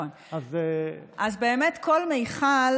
כל מכל,